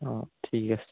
অঁ ঠিক আছে